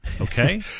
Okay